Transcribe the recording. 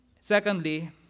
Secondly